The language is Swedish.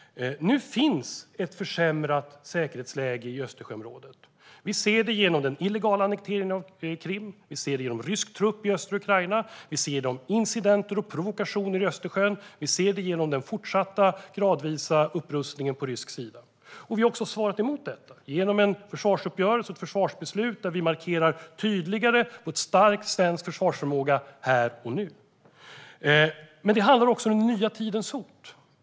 Nu råder ett försämrat säkerhetsläge i Östersjöområdet. Vi ser det genom den illegala annekteringen av Krim, rysk trupp i östra Ukraina, incidenter och provokationer i Östersjön samt den fortsatta gradvisa upprustningen på rysk sida. Vi har också svarat emot detta genom en försvarsuppgörelse och ett försvarsbeslut där vi tydligare markerar för en stark svensk försvarsförmåga här och nu. Men det handlar också om den nya tidens hot.